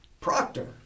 Proctor